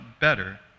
better